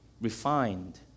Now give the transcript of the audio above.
refined